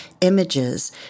images